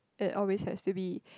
that always has to be